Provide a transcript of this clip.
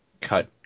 cut